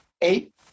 eight